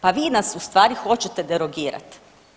Pa vi nas ustvari hoćete derogirati.